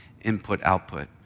input-output